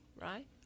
Right